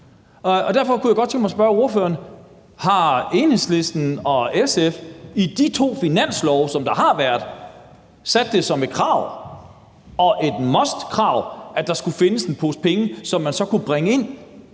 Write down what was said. derfor kunne jeg godt tænke mig at spørge ordføreren, om Enhedslisten og SF i de to finanslove, som der har været, har sat det som et krav – og et must-krav – at der skulle findes en pose penge, som man så kunne bringe ind